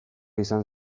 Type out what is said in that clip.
izan